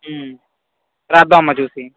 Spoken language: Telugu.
రాద్దాము అమ్మ చూసి